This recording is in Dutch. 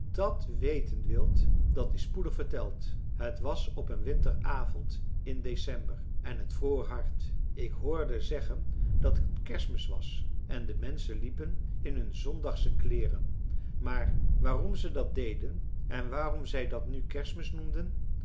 dàt weten wilt dat is spoedig verteld het was op een winteravond in december en het vroor hard ik hoorde zeggen dat het kerstmis was en de menschen liepen in hun zondagsche kleeren maar waarom ze dat deden en waarom zij dat nu kerstmis noemden